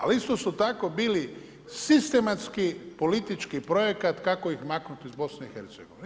Ali isto su tako bili sistematski politički projekat kako ih maknuti iz BiH-a.